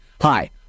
Hi